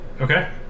Okay